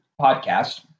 podcast